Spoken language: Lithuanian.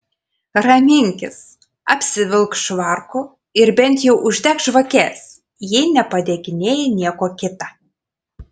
raminkis apsivilk švarku ir bent jau uždek žvakes jei nepadeginėji nieko kita